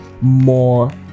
more